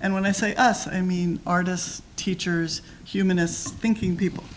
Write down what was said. and when i say us i mean artists teachers humanists thinking people